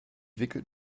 wickelt